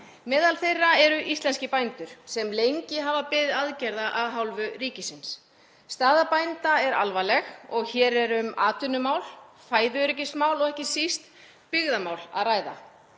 Meðal þeirra eru íslenskir bændur sem lengi hafa beðið aðgerða af hálfu ríkisins. Staða bænda er alvarleg og hér er um atvinnumál, fæðuöryggismál og ekki síst byggðamál að ræða.